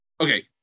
okay